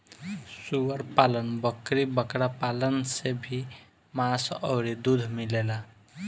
सूअर पालन, बकरी बकरा पालन से भी मांस अउरी दूध मिलेला